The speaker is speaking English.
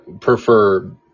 prefer